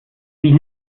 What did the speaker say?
sie